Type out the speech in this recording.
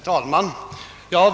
Herr talman!